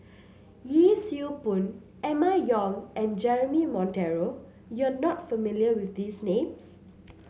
Yee Siew Pun Emma Yong and Jeremy Monteiro you are not familiar with these names